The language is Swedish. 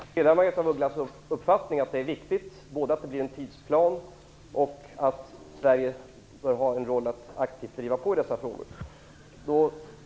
Herr talman! Jag delar Margaretha af Ugglas uppfattning att det är viktigt att det blir en tidsplan och att Sverige skall ha en roll av att aktivt driva på dessa frågor.